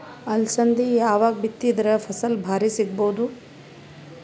ಅಲಸಂದಿ ಯಾವಾಗ ಬಿತ್ತಿದರ ಫಸಲ ಭಾರಿ ಸಿಗಭೂದು?